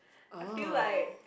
oh